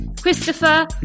Christopher